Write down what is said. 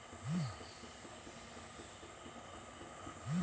ರೈತನಿಗೆ ಕೃಷಿ ಉಪಕರಣಗಳನ್ನು ತೆಗೊಳ್ಳಿಕ್ಕೆ ಕೇಂದ್ರ ಸರ್ಕಾರ ದುಡ್ಡಿನ ಸಹಾಯ ಹೇಗೆ ಮಾಡ್ತದೆ?